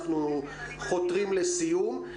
אנחנו חותרים לסיום.